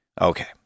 Okay